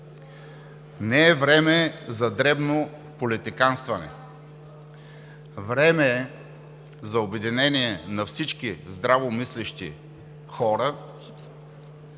не е време за дребно политиканстване. Време е за обединение на всички здравомислещи хора